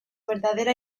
verdadera